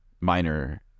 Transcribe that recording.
minor